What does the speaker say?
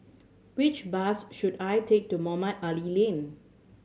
which bus should I take to Mohamed Ali Lane